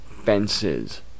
Fences